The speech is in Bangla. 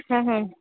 হ্যাঁ হুম